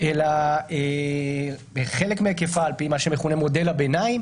אלא בחלק מהיקפה על פי מה שמכונה "מודל הביניים",